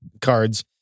cards